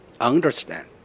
understand